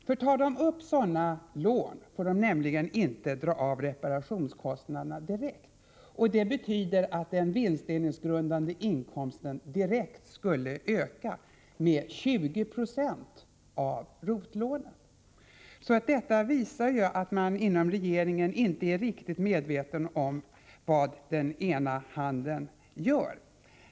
Om de tar upp sådana lån, får de nämligen inte dra av reparationskostnaderna direkt, och det betyder att den vinstdelningsskattegrundande inkomsten direkt skulle öka med 20 26 av ROT-lånet. Detta visar att man inom regeringen inte är riktigt medveten om vad den ena och den andra handen gör.